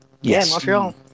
yes